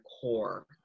core